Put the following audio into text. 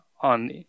on